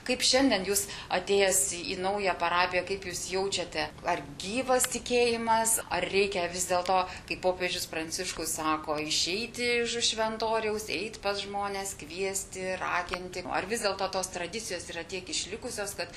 kaip šiandien jūs atėjęs į naują parapiją kaip jūs jaučiate ar gyvas tikėjimas ar reikia vis dėlto kaip popiežius pranciškus sako išeiti iš šventoriaus eit pas žmones kviesti raginti ar vis dėlto tos tradicijos yra tiek išlikusios kad